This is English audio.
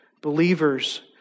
believers